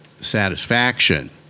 satisfaction